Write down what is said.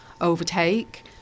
overtake